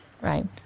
Right